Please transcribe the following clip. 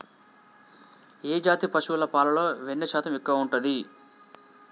ఏ జాతి పశువుల పాలలో వెన్నె శాతం ఎక్కువ ఉంటది?